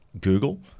Google